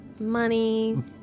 Money